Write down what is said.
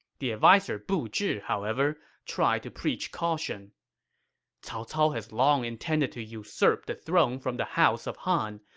the adviser bu zhi, however, tried to preach caution cao cao has long intended to usurp the throne from the house of han,